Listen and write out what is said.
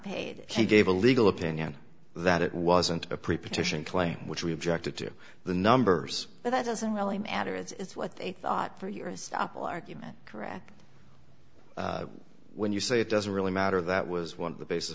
paid he gave a legal opinion that it wasn't a preposition claim which we objected to the numbers but that doesn't really matter it's what they thought for your stop will argue that correct when you say it doesn't really matter that was one of the basis